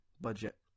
budget